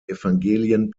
evangelien